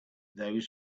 those